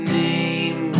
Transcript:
name